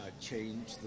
change